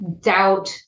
doubt